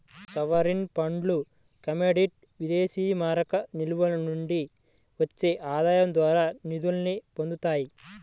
sovereign ఫండ్లు commodity విదేశీమారక నిల్వల నుండి వచ్చే ఆదాయాల ద్వారా నిధుల్ని పొందుతాయి